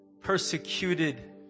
persecuted